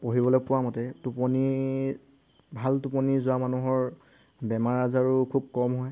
পঢ়িবলৈ পোৱা মতে টোপনি ভাল টোপনি যোৱা মানুহৰ বেমাৰ আজাৰো খুব কম হয়